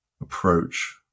approach